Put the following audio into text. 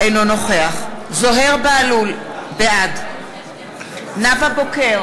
אינו נוכח זוהיר בהלול, בעד נאוה בוקר,